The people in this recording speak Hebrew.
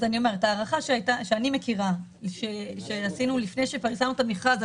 ההערכה שאני מכירה שעשינו לפני שפרסמנו את המכרז,